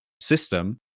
system